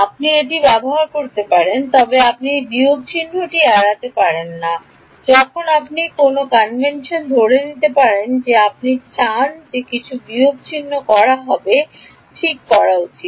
আপনি এটি ব্যবহার করতে পারেন তবে আপনি এই বিয়োগ চিহ্নটি এড়াতে পারবেন না যখন আপনি অন্য কোনও কনভেনশন ধরে নিতে পারেন যে আপনি চান যে কিছু বিয়োগ করা হবে ঠিক করা উচিত